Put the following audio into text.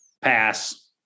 Pass